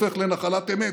הופך לנחלת אמת,